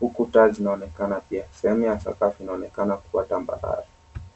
huku taa zinaonekana pia . Sehemu ya sakafu inaonekana kuwa tambarare.